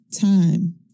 Time